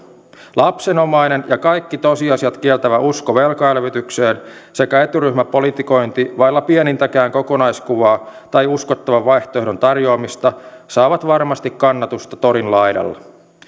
lapsenomainen ja kaikki tosiasiat kieltävä usko velkaelvytykseen sekä eturyhmäpolitikointi vailla pienintäkään kokonaiskuvaa tai uskottavan vaihtoehdon tarjoamista saavat varmasti kannatusta torin laidalla